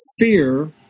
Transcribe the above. fear